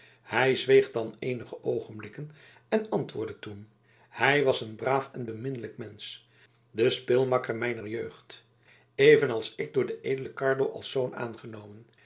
hij zweeg dan eenige oogenblikken en antwoordde toen hij was een braaf en beminnelijk mensch de speelmakker mijner jeugd evenals ik door den edelen carlo als zoon aangenomen